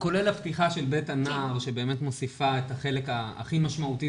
כולל הפתיחה של 'בית הנער' שבאמת מוסיפה את החלק הכי משמעותי,